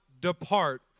depart